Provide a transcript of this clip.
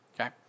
Okay